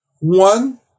One